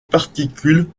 particule